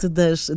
das